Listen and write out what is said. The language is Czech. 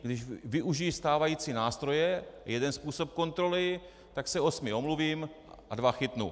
Když využiji stávající nástroje, jeden způsob kontroly, tak se osmi omluvím a dva chytnu.